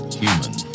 human